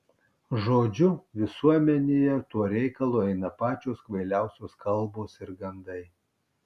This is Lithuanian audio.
žodžiu visuomenėje tuo reikalu eina pačios kvailiausios kalbos ir gandai